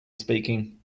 speaking